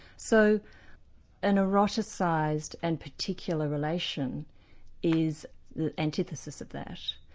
so an eroticised and particular relation is the antithesis of that.